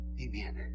Amen